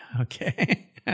Okay